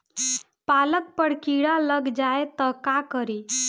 पालक पर कीड़ा लग जाए त का करी?